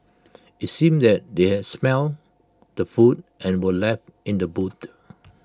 IT seemed that they had smelt the food and were left in the boot